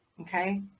Okay